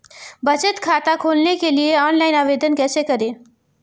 बचत खाता खोलने के लिए ऑनलाइन आवेदन कैसे करें?